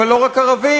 אבל לא רק ערבים.